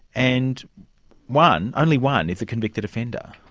and one, only one, is a convicted offender?